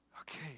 okay